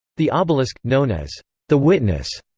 the obelisk, known as the witness,